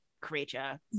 Creature